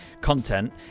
content